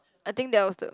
I think that was the